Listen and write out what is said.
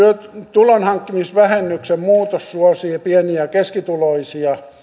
tulonhankkimisvähennyksen muutos suosii pieni ja keskituloisia